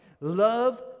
Love